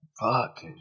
Fuck